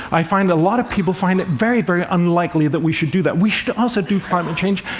i find a lot of people find it very, very unlikely that we should do that. we should also do climate change,